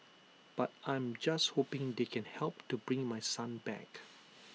but I am just hoping they can help to bring my son back